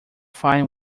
fine